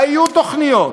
היו תוכניות,